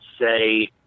say